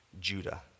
Judah